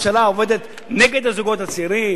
הממשלה עובדת נגד הזוגות הצעירים?